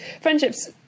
friendships